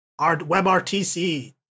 WebRTC